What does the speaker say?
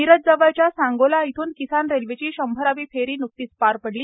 मिरजजवळच्या सांगोला येथून किसान रेल्वेची शंभरावी फेरी न्कतीच पार पडली